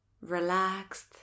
relaxed